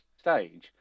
stage